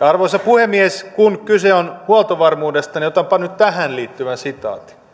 arvoisa puhemies kun kyse on huoltovarmuudesta niin otanpa nyt tähän liittyvän